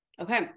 Okay